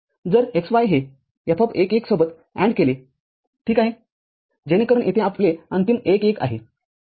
तरजर x y हे F१ १ सोबत AND केले ठीक आहेजेणेकरून येथे आपले अंतिम १ १ आहे